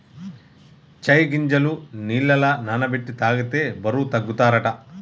చై గింజలు నీళ్లల నాన బెట్టి తాగితే బరువు తగ్గుతారట